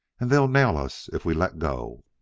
and they'll nail us if we let go.